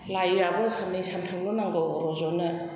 लायआबो साननै सानथामल' नांगौ रज'नो